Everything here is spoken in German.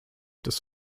des